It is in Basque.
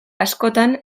askotan